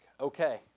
okay